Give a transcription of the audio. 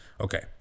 Okay